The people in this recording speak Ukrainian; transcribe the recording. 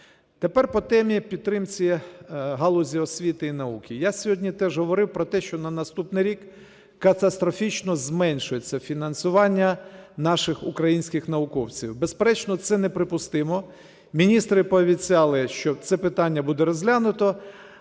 Тепер по темі підтримки галузі освіти і науки. Я сьогодні теж говорив про те, що на наступний рік катастрофічно зменшується фінансування наших українських науковців. Безперечно, це неприпустимо. Міністри пообіцяли, що це питання буде розглянуто.